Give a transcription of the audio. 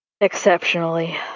Exceptionally